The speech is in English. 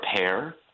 repair